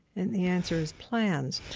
and the answer is plans.